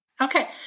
Okay